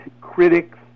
critics